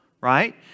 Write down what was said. right